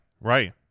Right